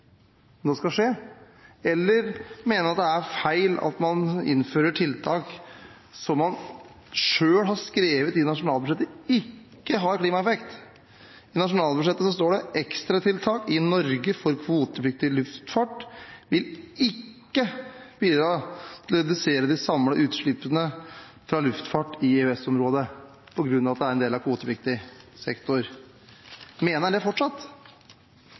nå skal skje, eller mener man at det er feil at man innfører tiltak som man selv har skrevet i nasjonalbudsjettet ikke har klimaeffekt? I nasjonalbudsjettet står det at «ekstratiltak i Norge for kvotepliktig luftfart vil ikke bidra til å redusere de samlede utslippene fra luftfart i EØS-området» – på grunn av at det er en del av kvotepliktig sektor. Mener man det fortsatt? Hvis man mener det fortsatt,